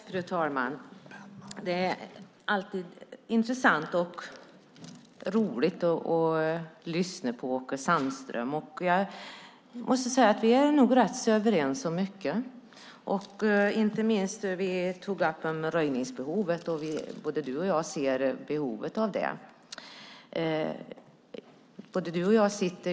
Fru talman! Det är alltid intressant och roligt att lyssna på Åke Sandström. Och jag måste säga att vi nog är rätt så överens om mycket, inte minst om röjningsbehovet som både du och jag ser.